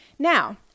Now